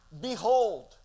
Behold